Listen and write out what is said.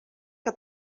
que